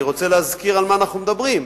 אני רוצה להזכיר על מה אנחנו מדברים,